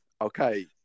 okay